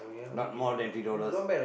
not more than three dollars